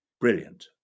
Brilliant